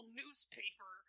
newspaper